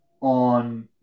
on